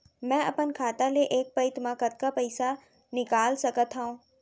मैं अपन खाता ले एक पइत मा कतका पइसा निकाल सकत हव?